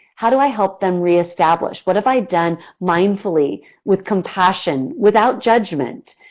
how do i help them re-establish? what have i done mindfully with compassion, without judgement,